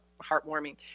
heartwarming